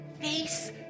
face